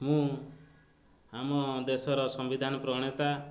ମୁଁ ଆମ ଦେଶର ସମ୍ବିଧାନ ପ୍ରଣେତା